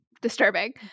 disturbing